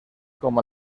com